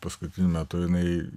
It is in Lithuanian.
paskutiniu metu jinai